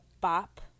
bop